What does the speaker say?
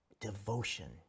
Devotion